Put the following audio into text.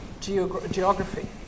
geography